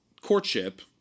courtship